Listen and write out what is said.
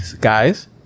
guys